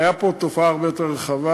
הייתה פה תופעה הרבה יותר רחבה,